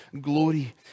glory